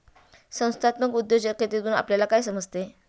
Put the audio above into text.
संस्थात्मक उद्योजकतेतून आपल्याला काय समजते?